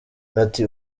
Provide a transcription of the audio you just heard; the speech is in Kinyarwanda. ati